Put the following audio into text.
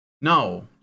no